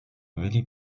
willy